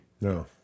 No